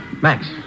Max